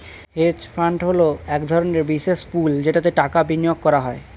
hedge fund হলো এক ধরনের বিশেষ পুল যেটাতে টাকা বিনিয়োগ করা হয়